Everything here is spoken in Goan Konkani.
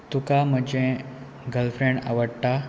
तुका म्हजें गर्लफ्रेंड आवडटा